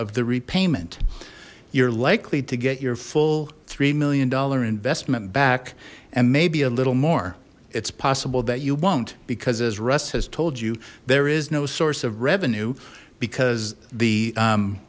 of the repayment you're likely to get your three million dollar investment back and maybe a little more it's possible that you won't because as russ has told you there is no source of revenue because the